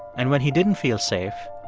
and when he didn't feel safe,